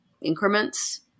increments